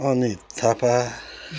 Anit Thapa